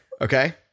Okay